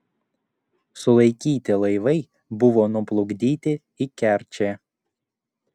sulaikyti laivai buvo nuplukdyti į kerčę